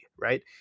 Right